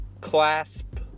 clasp